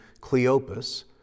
Cleopas